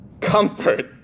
Comfort